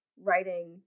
writing